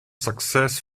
success